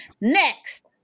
next